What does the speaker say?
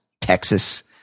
Texas